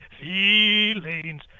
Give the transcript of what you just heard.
Feelings